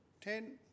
Ten